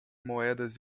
moedas